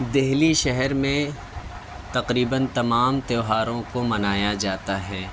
دہلی شہر میں تقریباً تمام تیوہاروں کو منایا جاتا ہے